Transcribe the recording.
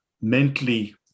mentally